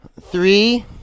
three